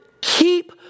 keep